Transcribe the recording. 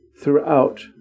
throughout